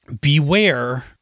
beware